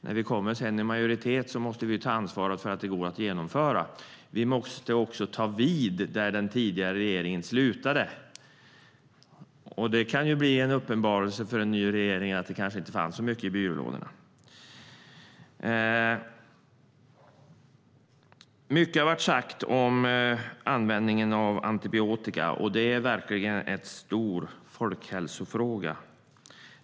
När vi sedan kommer i majoritet måste vi ta ansvar för att de går att genomföra. Vi måste också ta vid där den tidigare regeringen slutade. Den kan bli en uppenbarelse för en ny regering att det kanske inte fanns så mycket i byrålådorna. Mycket har sagts om användningen av antibiotika. Det är verkligen en stor folkhälsofråga.